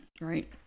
right